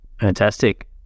fantastic